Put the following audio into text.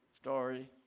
story